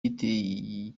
yitiriye